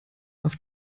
auf